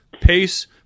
pace